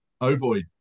Ovoid